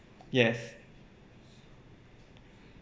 yes